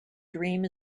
dream